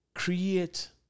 Create